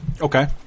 Okay